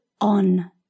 on